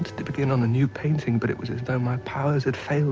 to begin on a new painting but it was as though my powers had